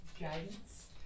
Guidance